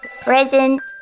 presents